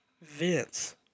Vince